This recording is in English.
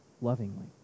lovingly